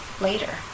later